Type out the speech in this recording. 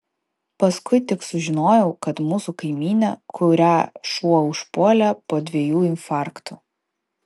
paskui tik sužinojau kad mūsų kaimynė kurią šuo užpuolė po dviejų infarktų